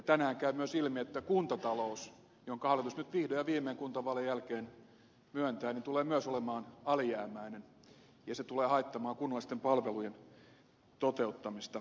tänään kävi myös ilmi että kuntatalous ja sen hallitus nyt vihdoin ja viimein kuntavaalien jälkeen myöntää tulee myös olemaan alijäämäinen ja se tulee haittaamaan kunnallisten palvelujen toteuttamista